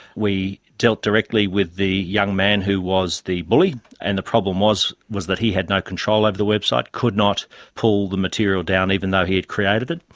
we dealt directly with the young man who was the bully, and the problem was was that he had no control over the website, could not pull the material down, even though he had created it,